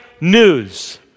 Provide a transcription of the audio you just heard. news